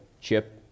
Chip